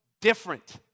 different